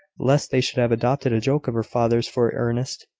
lest they should have adopted a joke of her father's for earnest.